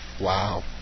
Wow